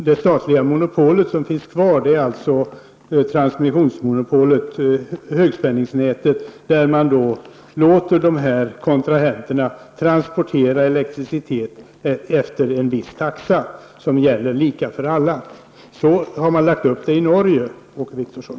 Det statliga monopol som finns kvar är alltså transmissionsmonopolet, högspänningsnätet, där man låter dessa kontrahenter transportera elektricitet efter en viss taxa som gäller lika för alla. Så har man lagt upp det i Norge, Åke Wictorsson.